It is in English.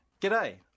G'day